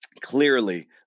clearly